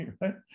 right